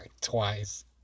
twice